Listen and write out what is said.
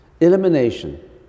Elimination